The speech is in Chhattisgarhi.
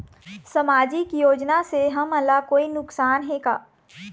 सामाजिक योजना से हमन ला कोई नुकसान हे का?